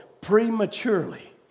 prematurely